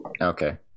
Okay